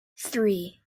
three